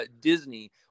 disney